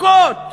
מכות.